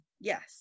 yes